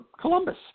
Columbus